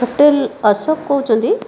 hotel Ashok କହୁଛନ୍ତି